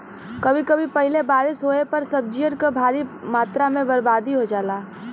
कभी कभी पहिले बारिस होये पर सब्जियन क भारी मात्रा में बरबादी हो जाला